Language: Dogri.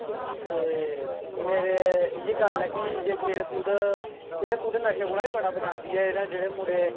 ते मेरी इ'यै गल्ल ऐ जे खेल कूद खेल कूद नशे कोला बी बड़ा बचांदी ऐ जेह्ड़े मुड़े